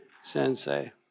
Sensei